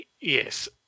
Yes